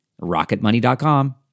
Rocketmoney.com